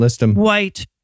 white